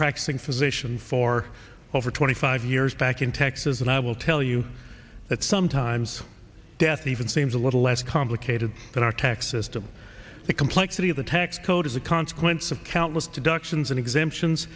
practicing physician for over twenty five years back in texas and i will tell you that sometimes death even seems a little less complicated than our tax system the complexity of the tax code as a consequence of countless to directions and exemptions